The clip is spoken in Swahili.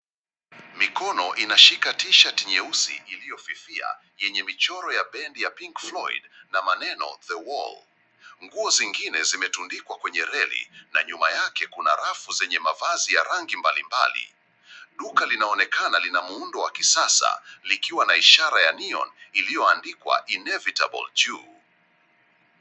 Mikono inashika t-shirt nyeusi iliyofifia yenye michoro ya bendi ya Pink Floyd na maneno The wall . Nguo zingine zimetundikwa kwenye reli na nyuma yake kuna rafu zenye mavazi ya ragi mbalimbali. Duka liaonekana lina muundo wa kisasa likiwa na ishara ya Neon lililoandikwa inevitable juu.